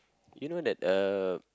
you know that uh